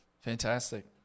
Fantastic